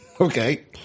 Okay